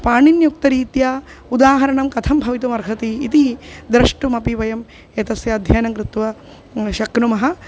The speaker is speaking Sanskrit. पाणिन्युक्तरीत्या उदाहरणं कथं भवितुमर्हति इति द्रष्टुमपि वयम् एतस्य अध्ययनं कृत्वा शक्नुमः